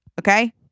Okay